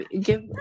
give